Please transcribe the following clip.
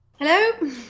Hello